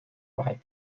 pipe